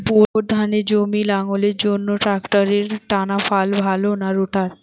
Bore ধানের জমি লাঙ্গলের জন্য ট্রাকটারের টানাফাল ভালো না রোটার?